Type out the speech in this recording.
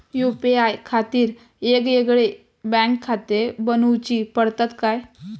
UPI खातीर येगयेगळे बँकखाते बनऊची पडतात काय?